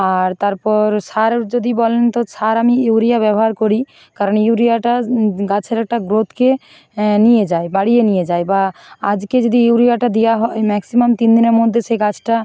আর তারপর সার যদি বলেন তো সার আমি ইউরিয়া ব্যবহার করি কারণ ইউরিয়াটা গাছের একটা গ্রোথকে নিয়ে যায় বাড়িয়ে নিয়ে যায় বা আজকে যদি ইউরিয়াটা দেওয়া হয় ম্যাক্সিমাম তিন দিনের মধ্যে সেই গাছটা